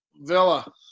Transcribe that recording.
Villa